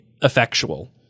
effectual